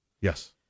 Yes